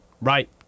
right